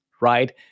right